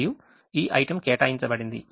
మరియు ఈ item కేటాయించబడింది